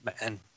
man